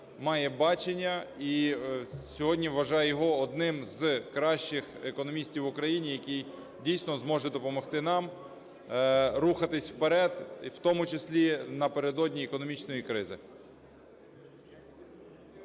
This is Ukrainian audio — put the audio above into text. має бачення. І сьогодні вважаю його одним із кращих економістів у країні, який дійсно зможе допомогти нам рухатись вперед, і в тому числі напередодні економічної кризи.